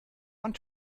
want